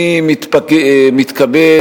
אני מתכבד,